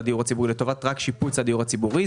לדיור הציבורי רק לטובת שיפוץ הדיור הציבורי.